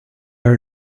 are